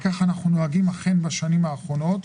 כך אנחנו נוהגים בשנים האחרונות.